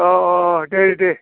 अ अ दे दे